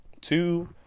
two